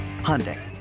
Hyundai